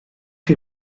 chi